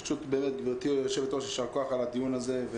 ברשות גברתי יושבת-הראש, יישר כוח על הדיון הזה.